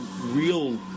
real